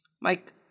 Mike